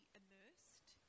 immersed